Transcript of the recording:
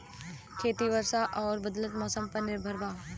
खेती वर्षा और बदलत मौसम पर निर्भर बा